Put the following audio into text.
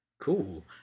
Cool